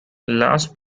las